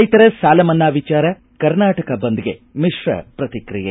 ರೈತರ ಸಾಲ ಮನ್ನಾ ವಿಚಾರ ಕರ್ನಾಟಕ ಬಂದ್ಗೆ ಮಿಶ್ರ ಪ್ರತಿಕ್ರಿಯೆ